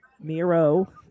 Miro